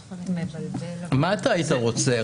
מה אתה היית רוצה?